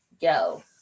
yo